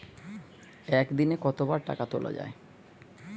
একদিনে কতবার টাকা তোলা য়ায়?